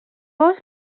gos